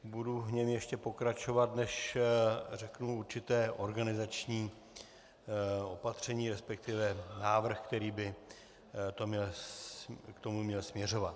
Budu v něm ještě pokračovat, než řeknu určité organizační opatření, respektive návrh, který by k tomu měl směřovat.